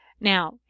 Now